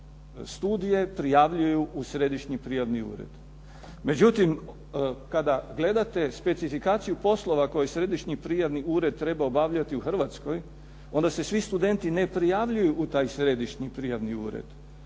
studije prijavljuju u središnji prijavni ured. Međutim, kada gledate specifikaciju poslova koje središnji prijavni ured treba obavljati u Hrvatskoj onda se svi studenti ne prijavljuju u taj središnji prijavni ured,